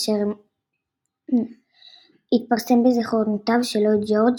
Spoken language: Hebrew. אשר התפרסם בזכרונותיו של לויד ג'ורג',